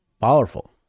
powerful